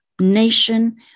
nation